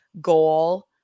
goal